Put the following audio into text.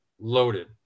loaded